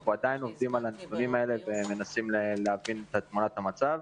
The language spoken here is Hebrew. אנחנו עדיין עובדים על הנתונים האלה ומנסים להבין את תמונת המצב.